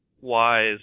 wise